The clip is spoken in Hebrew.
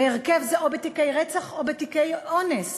או בתיקי רצח או בתיקי אונס,